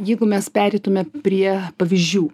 jeigu mes pereitume prie pavyzdžių